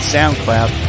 SoundCloud